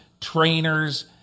trainers